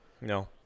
No